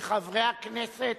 שחברי הכנסת,